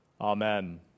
amen